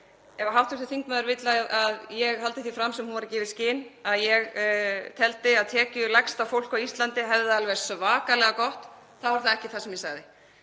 Ef hv. þingmaður vill að ég haldi því fram sem hún var að gefa í skyn, að ég teldi að tekjulægsta fólk á Íslandi hefði það alveg svakalega gott, þá er það ekki það sem ég sagði.